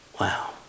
Wow